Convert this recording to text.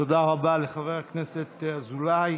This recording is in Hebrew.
תודה רבה לחבר הכנסת אזולאי.